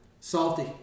Salty